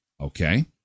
Okay